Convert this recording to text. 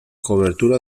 cobertura